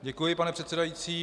Děkuji, pane předsedající.